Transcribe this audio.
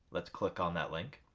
let's click on that link.